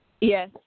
Yes